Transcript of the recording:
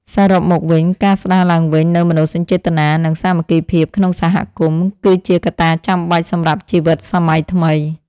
សរុបមកវិញ ការស្ដារឡើងវិញនូវមនោសញ្ចេតនា និងសាមគ្គីភាពក្នុងសហគមន៍ គឺជាកត្តាចាំបាច់សម្រាប់ជីវិតសម័យថ្មី។